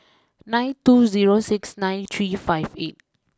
nine two zero six nine three five eight